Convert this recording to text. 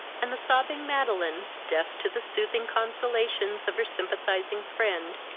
and the sobbing madeline, deaf to the soothing consolations of her sympathizing friend,